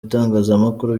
itangazamakuru